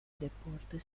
deporte